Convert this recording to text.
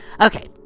Okay